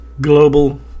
global